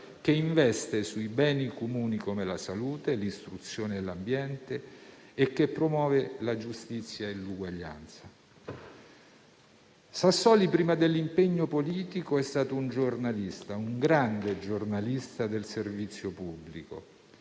che investe sui beni comuni come la salute, l'istruzione e l'ambiente, e che promuove la giustizia e l'uguaglianza. Sassoli prima dell'impegno politico è stato un giornalista, un grande giornalista del servizio pubblico,